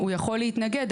הוא יכול להתנגד,